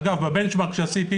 אגב, ל-benchmark שעשיתי,